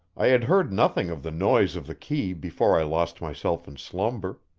i had heard nothing of the noise of the key before i lost myself in slumber.